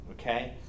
okay